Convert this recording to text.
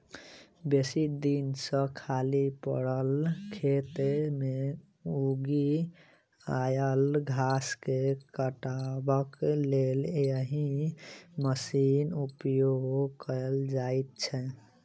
बेसी दिन सॅ खाली पड़ल खेत मे उगि आयल घास के काटबाक लेल एहि मशीनक उपयोग कयल जाइत छै